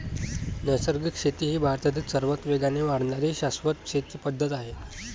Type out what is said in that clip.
नैसर्गिक शेती ही भारतातील सर्वात वेगाने वाढणारी शाश्वत शेती पद्धत आहे